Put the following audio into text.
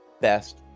best